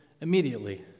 immediately